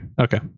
okay